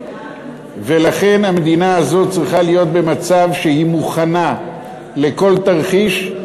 ולכן המדינה הזאת צריכה להיות במצב שהיא מוכנה לכל תרחיש,